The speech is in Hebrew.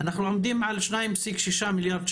אנחנו עומדים על 2.6 מיליארד שקלים,